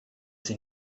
sie